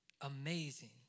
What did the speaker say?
amazing